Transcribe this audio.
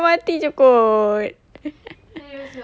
M_R_T jer kot